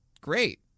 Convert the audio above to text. great